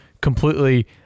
completely